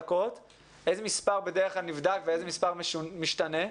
איזה מספר נבדק בדרך כלל וכמה מתוכו משתנה?